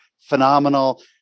Phenomenal